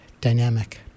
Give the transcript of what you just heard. dynamic